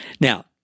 Now